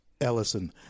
Ellison